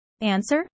Answer